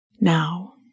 Now